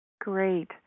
Great